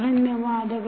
ದನ್ಯವಾದಗಳು